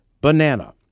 Banana